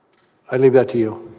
only that you